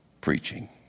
preaching